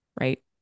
right